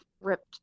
ripped